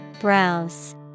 Browse